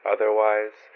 Otherwise